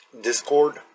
Discord